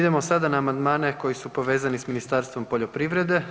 Idemo sada na amandmane koji su povezani sa Ministarstvom poljoprivrede.